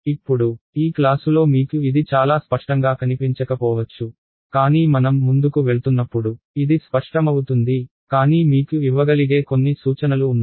ఇప్పుడు ఈ క్లాసులో మీకు ఇది చాలా స్పష్టంగా కనిపించకపోవచ్చు కానీ మనం ముందుకు వెళ్తున్నప్పుడు ఇది స్పష్టమవుతుంది కానీ మీకు ఇవ్వగలిగే కొన్ని సూచనలు ఉన్నాయి